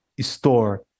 store